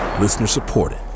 Listener-supported